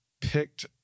picked